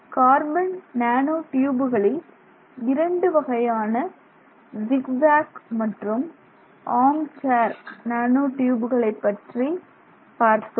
carbon nano ட்யூபுகளில் இரண்டு வகையான ஜிக் ஜேக் மற்றும் ஆர்ம் சேர் நானோ ட்யூபுகளை பற்றி பார்த்தோம்